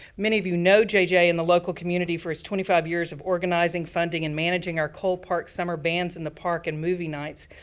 many of you know j j. in the local community for his twenty five years of organizing, funding, and managing our cole park summer bands in the park and movie nights.